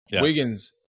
Wiggins